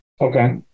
Okay